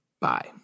Bye